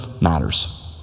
matters